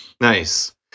Nice